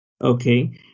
okay